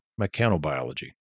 mechanobiology